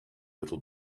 little